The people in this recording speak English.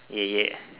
ya ya